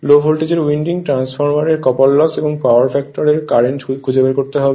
লো voltage winding ট্রান্সফরমারে copper loss এবং power ফ্যাক্টরের কারেন্ট খুঁজে বের করতে হবে